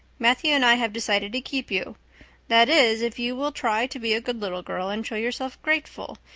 matthew and i have decided to keep you that is, if you will try to be a good little girl and show yourself grateful.